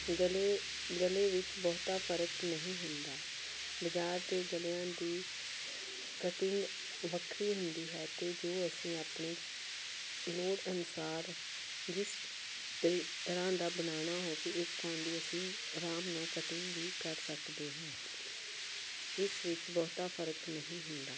ਗਲੇ ਗਲੇ ਵਿੱਚ ਬਹੁਤਾ ਫਰਕ ਨਹੀਂ ਹੁੰਦਾ ਬਾਜ਼ਾਰ ਦੇ ਗਲਿਆਂ ਦੀ ਕਟਿੰਗ ਵੱਖਰੀ ਹੁੰਦੀ ਹੈ ਅਤੇ ਜੋ ਅਸੀਂ ਆਪਣੀ ਲੋੜ ਅਨੁਸਾਰ ਜਿਸ ਤਰ੍ਹਾਂ ਦਾ ਬਣਾਉਣਾ ਹੋਵੇ ਉਸ ਤਰ੍ਹਾਂ ਦੀ ਅਸੀਂ ਆਰਾਮ ਨਾਲ ਕਟਿੰਗ ਵੀ ਕਰ ਸਕਦੇ ਹਾਂ ਇਸ ਵਿੱਚ ਬਹੁਤਾ ਫਰਕ ਨਹੀਂ ਹੁੰਦਾ